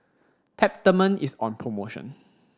Peptamen is on promotion